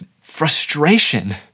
frustration